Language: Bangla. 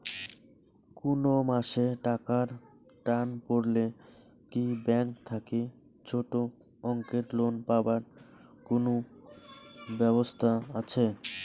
কুনো মাসে টাকার টান পড়লে কি ব্যাংক থাকি ছোটো অঙ্কের লোন পাবার কুনো ব্যাবস্থা আছে?